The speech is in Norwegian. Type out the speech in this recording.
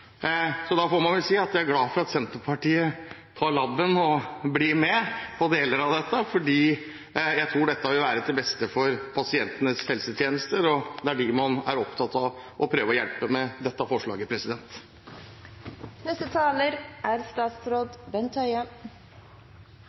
Da får jeg vel si at jeg er glad for at Senterpartiet gir labben og blir med på deler av dette, for jeg tror dette vil være til beste for pasientenes helsetjenester, og det er dem man er opptatt av å prøve å hjelpe med dette forslaget.